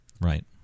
Right